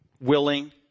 willing